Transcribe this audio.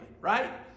right